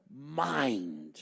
mind